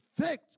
fixed